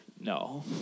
no